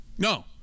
No